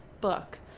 book